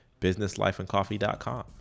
businesslifeandcoffee.com